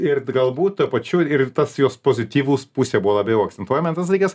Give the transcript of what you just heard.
ir galbūt tuo pačiu ir tas jos pozityvus pusė buvo labiau akcentuojame tas dalykas